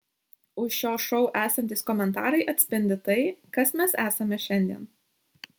už šio šou esantys komentarai atspindi tai kas mes esame šiandien